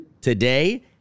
today